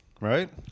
right